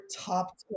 top